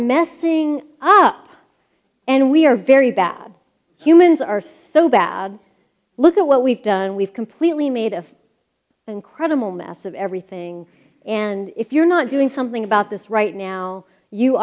messing up and we are very bad humans are so bad look at what we've done we've completely made of incredible mess of everything and if you're not doing something about this right now you